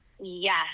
Yes